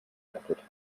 kaputt